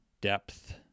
depth